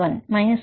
1 2